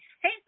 Hey